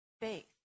faith